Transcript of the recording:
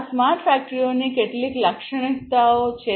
આ સ્માર્ટ ફેક્ટરીઓની કેટલીક લાક્ષણિકતાઓ છે